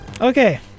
Okay